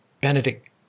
benedict